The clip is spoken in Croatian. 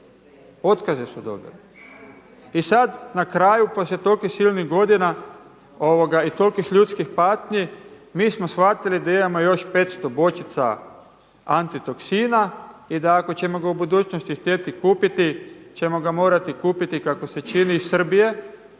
otkaze su dobili. I sad na kraju poslije tolikih silnih godina i tolikih ljudskih patnji mi smo shvatili da imamo još 500 bočica antitoksina i da ako ćemo ga u budućnosti htjeti kupiti ćemo ga morati kupiti kako se čini iz Srbije